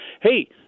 hey